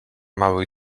małych